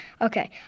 Okay